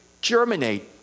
germinate